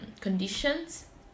conditions